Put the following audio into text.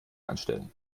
anstellen